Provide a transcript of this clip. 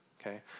okay